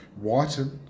Whiten